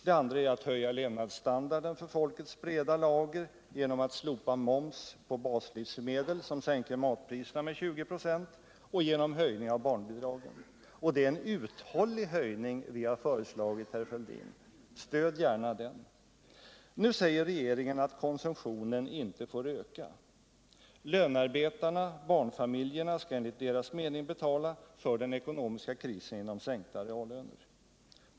Det andra är att höja levnadsstandarden för folkets breda lager genom att slopa moms på baslivsmedel, som sänker matpriserna med 20 96, och genom höjning av barnbidragen. Det är en uthållig höjning vi har föreslagit, herr Fälldin. Stöd gärna den. Nu säger regeringen att konsumtionen inte får öka. Lönarbetarna och barnfamiljerna skall enligt regeringens mening betala för den ekonomiska krisen genom sänkta reallöner.